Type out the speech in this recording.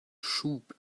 schub